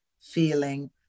feeling